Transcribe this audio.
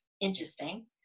interesting